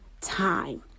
time